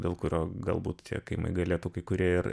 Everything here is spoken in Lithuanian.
dėl kurio galbūt tie kaimai galėtų kai kurie ir